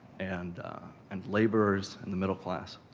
and and laborers, and the middle class.